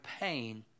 pain